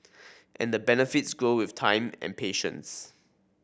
and the benefits grow with time and patience